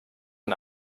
man